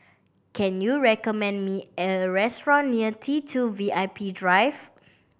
can you recommend me a restaurant near T Two V I P Drive